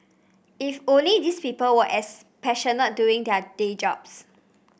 if only these people were as passionate doing their day jobs